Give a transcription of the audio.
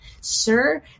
sir